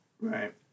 Right